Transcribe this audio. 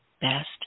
best